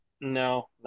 No